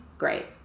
great